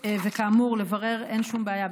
כאמור, לברר אין שום בעיה.